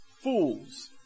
fools